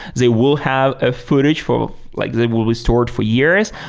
they will have a footage for like they will be stored for years.